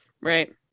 right